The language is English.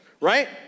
right